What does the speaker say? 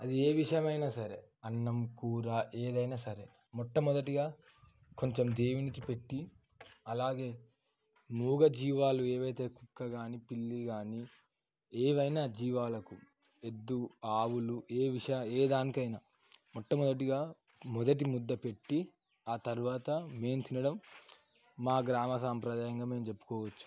అది ఏ విషయమైనా సరే అన్నం కూర ఏదైనా సరే మొట్టమొదటిగా కొంచెం దేవునికి పెట్టి అలాగే మూగజీవాలు ఏవైతే కుక్క గానీ పిల్లి గాని ఏవైనా జీవాలకు ఎద్దు ఆవులు ఏ విష దానికైనా మొట్టమొదటిగా మొదటి ముద్ద పెట్టి ఆ తర్వాత మేము తినడం మా గ్రామ సంప్రదాయంగా మేము చెప్పుకోవచ్చు